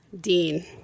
Dean